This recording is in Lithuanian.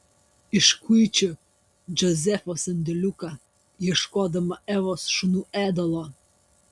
iškuičiu džozefo sandėliuką ieškodama evos šunų ėdalo